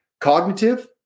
Cognitive